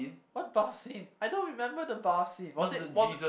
what bath scene I don't remember the bath scene was it was it